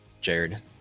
Jared